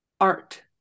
art